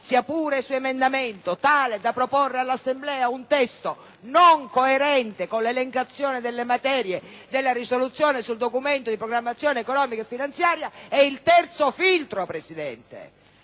sia pure su emendamento, tali da proporre all'Assemblea un testo non coerente con l'elencazione delle materie della risoluzione sul Documento di programmazione economico-finanziaria, in questo caso lei